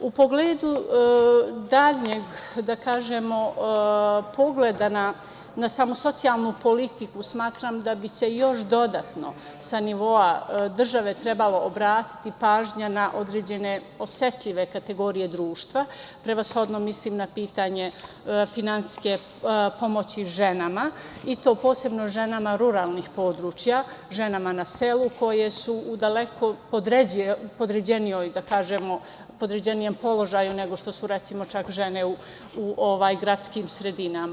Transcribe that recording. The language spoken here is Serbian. U pogledu daljeg pogleda na samo socijalnu politiku smatram da bi se još dodatno sa nivoa države trebalo obratiti pažnja na određene osetljive kategorije društva, prevashodno mislim na pitanje finansijske pomoći ženama i to posebno ženama ruralnih područja, ženama na selu koje su u daleko podređenijem položaju nego što su, recimo, čak žene u gradskim sredinama.